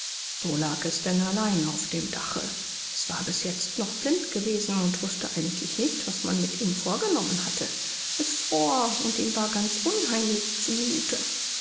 so lag es denn allein auf dem dache es war bis jetzt noch blind gewesen und wußte eigentlich nicht was man mit ihm vorgenommen hatte es fror und ihm war ganz unheimlich zu